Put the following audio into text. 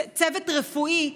צוות רפואי,